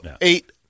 eight